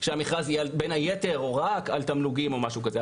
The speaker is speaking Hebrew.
שהמכרז יהיה בין היתר רק על תמלוגים או משהו כזה.